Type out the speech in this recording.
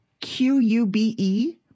Q-U-B-E